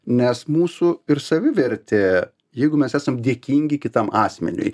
nes mūsų ir savivertė jeigu mes esam dėkingi kitam asmeniui